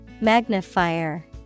Magnifier